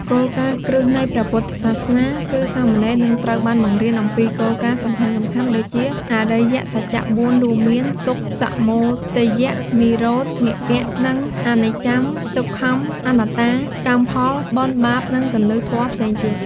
គោលការណ៍គ្រឹះនៃព្រះពុទ្ធសាសនា គឺសាមណេរនឹងត្រូវបានបង្រៀនអំពីគោលការណ៍សំខាន់ៗដូចជា អរិយសច្ច ៤ រួមមាន ទុក្ខ សមុទ័យ និរោធ មគ្គ និង អនិច្ចំ ទុក្ខំ អនត្តា កម្មផល បុណ្យ បាប និងគន្លឹះធម៌ផ្សេងទៀត។